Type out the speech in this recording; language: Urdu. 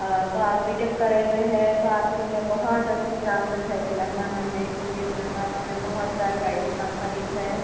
تو آپ بی ٹیک کرے ہوئے ہیں تو آپ کے لیے بہت اچھے چانسیز ہے تلنگانہ میں کیونکہ تلنگانہ میں بہت ساری آئی ٹی کمپنیز ہے